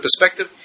perspective